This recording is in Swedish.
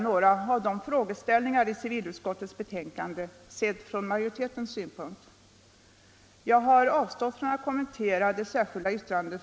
Jag vet inte riktigt varför han kom in på vårt gamla problem, som vi brukar resonera om, nämligen marksocialiseringen.